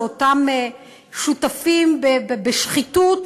שאותם שותפים בשחיתות,